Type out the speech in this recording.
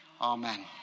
Amen